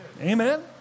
Amen